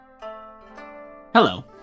Hello